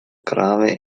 grave